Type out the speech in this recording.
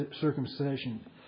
circumcision